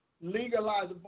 legalize